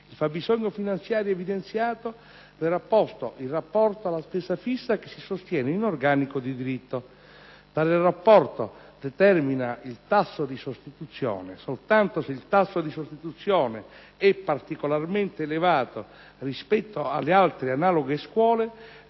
Il fabbisogno finanziario evidenziato verrà posto in rapporto alla spesa fissa che si sostiene in organico di diritto. Tale rapporto determina il tasso di sostituzione. Soltanto se il tasso di sostituzione è particolarmente elevato rispetto alle altre analoghe scuole,